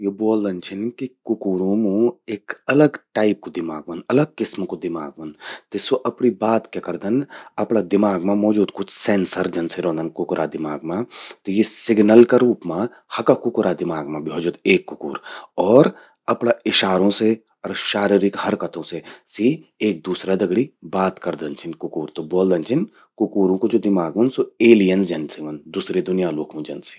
यो ब्वोल्दन छिन कि कुकुरों मूं एक अलग टाइप कू दिमाग व्हंद, अलग किस्म कु दिमाग व्हंद। त स्वो अपणि बात क्या करदन, अपणा दिमाग मां मौजूद कुछ सेंसर जन सि रौंदन कुकुरा दिमाग मां, त यि सिग्नल का रूप मां हका कुकुरा दिमाग मां भ्योजन एक कुकुर। अर अपरा इशारों से अर शारीरीक हरकतों से सि एक दूसरा दगड़ि बात करदन छिन कुकुर। त ब्वोल्दनम छिन कि कुकुरों कू ज्वो दिमाग व्हंद स्वो एलियन जन सि व्हंद, दुसरि दुनिया ल्वोखूं जन सि।